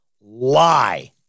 lie